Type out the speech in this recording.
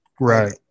right